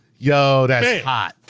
yo that's hot,